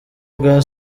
bwa